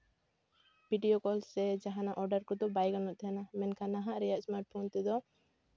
video call ᱥᱮ ᱡᱟᱦᱟᱱᱟᱜ order ᱠᱚᱫᱚ ᱵᱟᱭ ᱜᱟᱱᱚᱜ ᱛᱟᱦᱮᱱᱟ ᱢᱮᱱᱠᱷᱟᱱ ᱱᱟᱦᱟᱜ ᱨᱮᱭᱟᱜ ᱥᱢᱟᱨᱴ ᱯᱷᱳᱱ ᱛᱮᱫᱚ